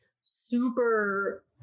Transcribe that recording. super